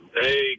Hey